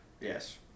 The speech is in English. Yes